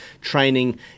training